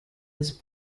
was